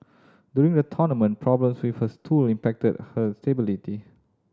during the tournament problems with her stool impacted her stability